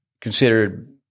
considered